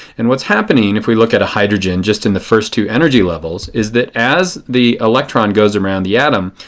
and what is happening, if we look at a hydrogen just in the first two energy levels, is that as the electron goes around the atom,